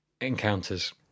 Encounters